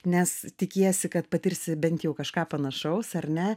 nes tikiesi kad patirsi bent jau kažką panašaus ar ne